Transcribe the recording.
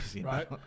right